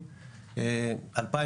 זאת אומרת,